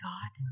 God